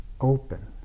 open